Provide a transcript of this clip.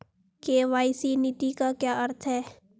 KYC नीति का क्या अर्थ है?